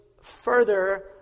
further